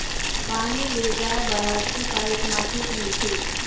पानी ले जाय बर हसती पाइप मा छूट मिलथे?